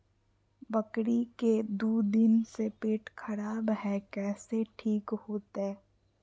बकरी के दू दिन से पेट खराब है, कैसे ठीक होतैय?